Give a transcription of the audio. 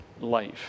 life